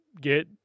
get